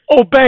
obey